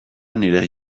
nire